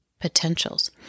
Potentials